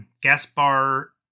Gaspar